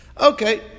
okay